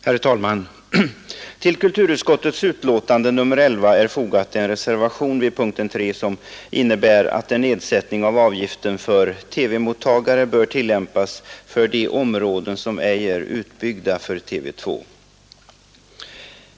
Herr talman! Till kulturutskottets betänkande nr 11 är fogad en reservation vid punkten 3 som innebär att en nedsättning av avgiften för TV-mottagare bör tillämpas för de områden som ej är utbyggda för TV 2.